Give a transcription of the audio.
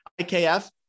IKF